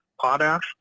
potash